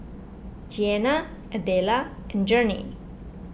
Jeana Adela and Journey